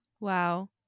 Wow